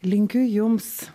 linkiu jums